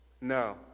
No